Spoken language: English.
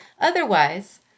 Otherwise